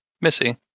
Missy